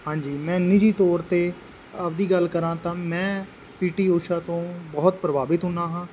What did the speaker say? ਹਾਂਜੀ ਮੈਂ ਨਿੱਜੀ ਤੌਰ 'ਤੇ ਆਪਣੀ ਗੱਲ ਕਰਾਂ ਤਾਂ ਮੈਂ ਪੀ ਟੀ ਊਸ਼ਾ ਤੋਂ ਬਹੁਤ ਪ੍ਰਭਾਵਿਤ ਹੁੰਦਾ ਹਾਂ